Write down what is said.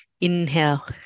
inhale